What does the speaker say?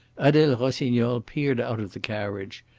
adele rossignol peered out of the carriage.